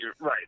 Right